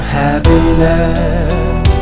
happiness